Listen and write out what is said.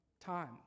Time